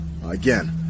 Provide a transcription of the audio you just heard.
Again